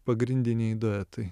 pagrindiniai duetai